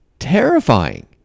terrifying